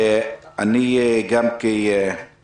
כבוד השופט.